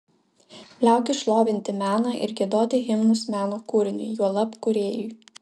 liaukis šlovinti meną ir giedoti himnus meno kūriniui juolab kūrėjui